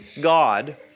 God